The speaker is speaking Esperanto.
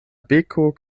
beko